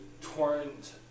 torrent